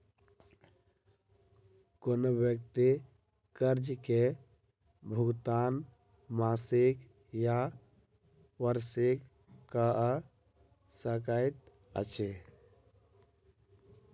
कोनो व्यक्ति कर्ज के भुगतान मासिक या वार्षिक कअ सकैत अछि